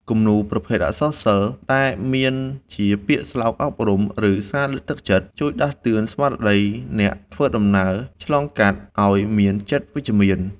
គំនូរប្រភេទ អក្សរសិល្បៈ ដែលមានជាពាក្យស្លោកអប់រំ ឬសារលើកទឹកចិត្ត ជួយដាស់តឿនស្មារតីអ្នកដំណើរឆ្លងកាត់ឱ្យមានចិត្តវិជ្ជមាន។